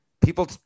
People